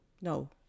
No